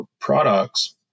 products